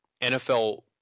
NFL